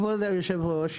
כבוד היושב-ראש,